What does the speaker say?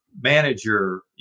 manager